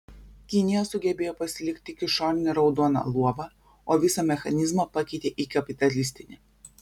kinija sugebėjo pasilikti tik išorinį raudoną luobą o visą mechanizmą pakeitė į kapitalistinį